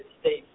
States